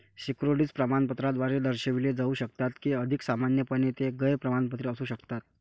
securities प्रमाणपत्राद्वारे दर्शविले जाऊ शकतात किंवा अधिक सामान्यपणे, ते गैर प्रमाणपत्र असू शकतात